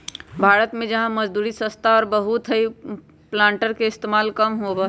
भारत में जहाँ मजदूरी सस्ता और बहुत हई प्लांटर के इस्तेमाल कम होबा हई